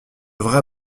vrais